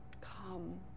come